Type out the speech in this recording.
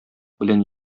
белән